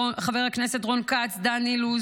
חבר הכנסת רון כץ, חבר הכנסת דן אילוז,